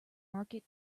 market